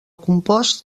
compost